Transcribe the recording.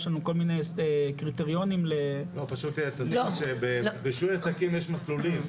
יש לנו כל מיני קריטריונים --- ברישוי עסקים יש מסלולים.